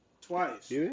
twice